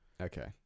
Okay